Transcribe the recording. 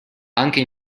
anche